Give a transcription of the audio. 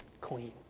clean